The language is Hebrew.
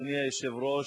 אדוני היושב-ראש,